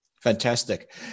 Fantastic